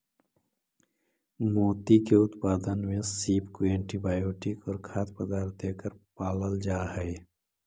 मोती के उत्पादन में सीप को एंटीबायोटिक और खाद्य पदार्थ देकर पालल जा हई